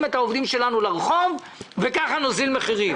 את העובדים שלנו לרחוב וכך נוזיל מחירים.